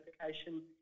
notification